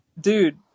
Dude